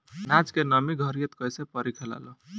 आनाज के नमी घरयीत कैसे परखे लालो?